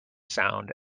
sound